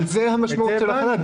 אבל זו המשמעות של החל"ת.